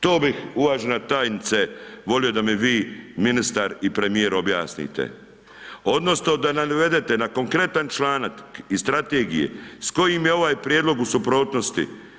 To bih, uvažena tajnice, volio da mi vi, ministar i premijer objasnite odnosno da nam navedete na konkretan članak iz strategije s kojim je ovaj u prijedlog u suprotnosti.